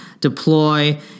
deploy